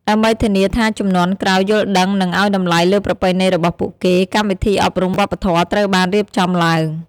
ដើម្បីធានាថាជំនាន់ក្រោយយល់ដឹងនិងឱ្យតម្លៃលើប្រពៃណីរបស់ពួកគេ កម្មវិធីអប់រំវប្បធម៌ត្រូវបានរៀបចំឡើង។